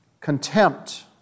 contempt